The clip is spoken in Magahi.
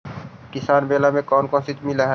किसान मेला मे कोन कोन चिज मिलै है?